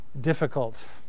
difficult